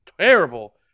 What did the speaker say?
terrible